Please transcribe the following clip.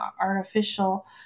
artificial